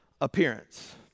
appearance